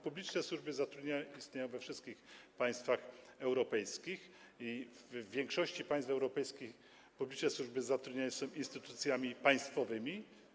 Publiczne służby zatrudnienia istnieją we wszystkich państwach europejskich i w większości państw europejskich publiczne służby zatrudnienia są instytucjami państwowymi.